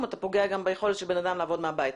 אתה גם פוגע ביכולת של אדם לעבוד מהבית.